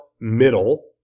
middle